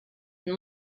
and